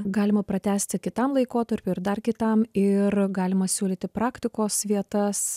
galima pratęsti kitam laikotarpiui ir dar kitam ir galima siūlyti praktikos vietas